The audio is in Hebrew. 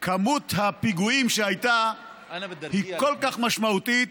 מספר הפיגועים שהיה הוא כל כך משמעותי,